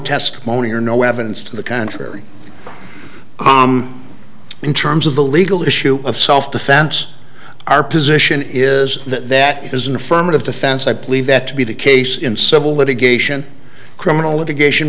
testimony or no evidence to the contrary in terms of the legal issue of self defense our position is that that is an affirmative defense i believe that to be the case in civil litigation criminal litigation